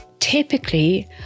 typically